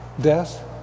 death